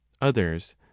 others